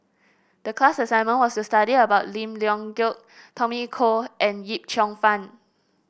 the class assignment was to study about Lim Leong Geok Tommy Koh and Yip Cheong Fun